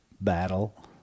battle